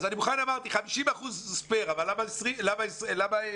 אז אני מוכן, אמרתי, 50% ספייר, אבל למה 17?